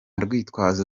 rwitwazo